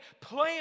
plan